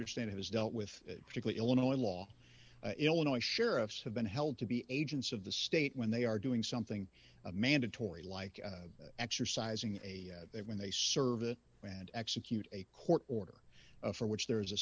understand it has dealt with particular illinois law illinois sheriffs have been held to be agents of the state when they are doing something mandatory like exercising a they when they serve it and execute a court order for which there is a